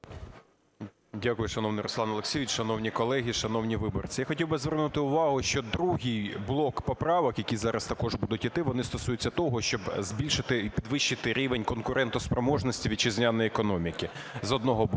Дякую. Шановний Руслане Олексійовичу, шановні колеги і шановні виборці! Я хотів би звернути увагу, що другий блок поправок, які зараз також будуть іти, вони стосуються того, щоб збільшити і підвищити рівень конкурентоспроможності вітчизняної економіки, з одного боку.